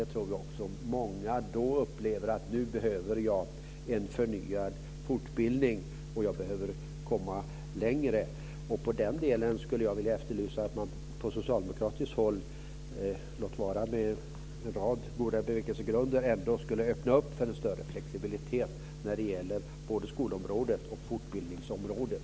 Då tror jag att många upplever att de behöver en förnyad fortbildning och att de behöver komma längre. Jag skulle vilja efterlysa att man från socialdemokratiskt håll på en rad goda bevekelsegrunder öppnar för en större flexibilitet när det gäller både skolområdet och fortbildningsområdet.